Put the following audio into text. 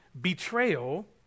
betrayal